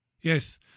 Yes